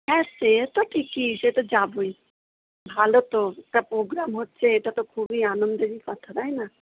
হ্যাঁ সে তো ঠিকই সে তো যাবই ভালো তো একটা প্রোগ্রাম হচ্ছে এটা তো খুবই আনন্দেরই কথা তাই না